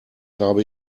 habe